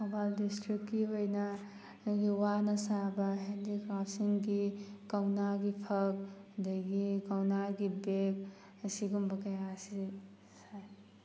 ꯊꯧꯕꯥꯜ ꯗꯤꯁꯇ꯭ꯔꯤꯛꯀꯤ ꯑꯣꯏꯅ ꯑꯩꯒꯤ ꯋꯥꯅ ꯁꯥꯕ ꯍꯦꯟꯗꯤꯀ꯭ꯔꯥꯐꯁꯤꯡꯒꯤ ꯀꯧꯅꯥꯒꯤ ꯐꯛ ꯑꯗꯒꯤ ꯀꯧꯅꯥꯒꯤ ꯕꯦꯛ ꯑꯁꯤꯒꯨꯝꯕ ꯀꯌꯥ ꯑꯁꯤ ꯁꯥꯏ